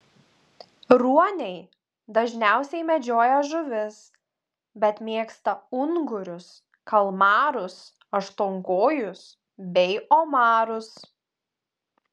ruoniai dažniausiai medžioja žuvis bet mėgsta ungurius kalmarus aštuonkojus bei omarus